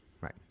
right